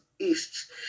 east